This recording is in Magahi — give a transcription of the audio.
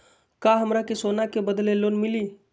का हमरा के सोना के बदले लोन मिलि?